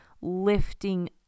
lifting